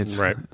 Right